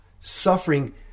suffering